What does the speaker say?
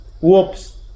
whoops